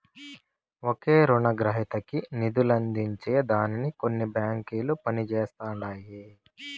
ఒకే రునగ్రహీతకి నిదులందించే దానికి కొన్ని బాంకిలు పనిజేస్తండాయి